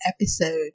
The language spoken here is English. episode